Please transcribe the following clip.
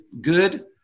good